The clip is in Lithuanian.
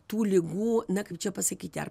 tų ligų na kaip čia pasakyti ar